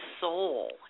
soul